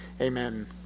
amen